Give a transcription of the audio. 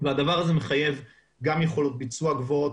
והדבר הזה מחייב יכולות ביצוע גבוהות,